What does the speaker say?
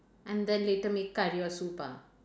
and then later make curry or soup ah